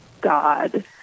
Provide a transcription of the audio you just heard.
God